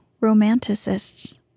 Romanticists